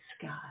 sky